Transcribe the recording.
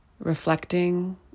Reflecting